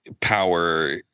power